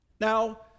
Now